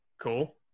cool